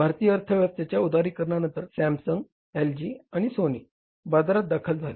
भारतीय अर्थव्यवस्थेच्या उदारीकरणानंतर सॅमसंग एलजी आणि सोनी बाजारात दाखल झाले